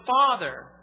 Father